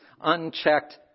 Unchecked